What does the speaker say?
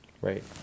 Right